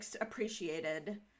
appreciated